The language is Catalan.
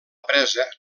presa